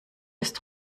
ist